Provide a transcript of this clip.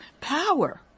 power